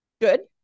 Good